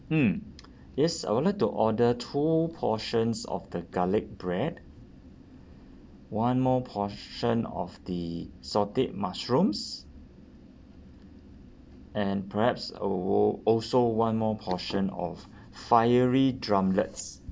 mm yes I would like to order two portions of the garlic bread one more portion of the sauteed mushrooms and perhaps I will also one more portion of fiery drumlets